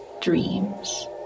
dreams